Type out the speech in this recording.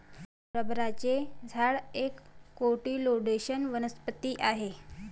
रबराचे झाड एक कोटिलेडोनस वनस्पती आहे